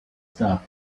stuff